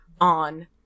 on